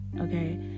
okay